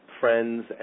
friends